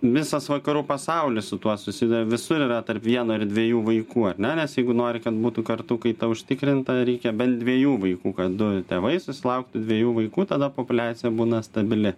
visas vakarų pasaulis su tuo susiduria visur yra tarp vieno ir dviejų vaikų ar ne nes jeigu nori kad būtų kartų kaita užtikrinta reikia bent dviejų vaikų kad du tėvai susilauktų dviejų vaikų tada populiacija būna stabili